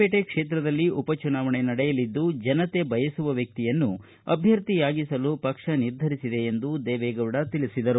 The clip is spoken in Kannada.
ಪೇಟೆ ಕ್ಷೇತ್ರದಲ್ಲಿ ಉಪಚುನಾವಣೆ ನಡೆಯಲಿದ್ದು ಜನತೆ ಬಯಸುವ ವ್ಯಕ್ತಿಯನ್ನು ಅಭ್ಯರ್ಥಿಯಾಗಿಸಲು ಪಕ್ಷ ನಿರ್ಧರಿಸಿದೆ ಎಂದು ಅವರು ತಿಳಿಸಿದರು